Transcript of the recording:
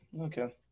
Okay